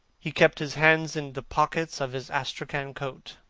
he kept his hands in the pockets of his astrakhan coat,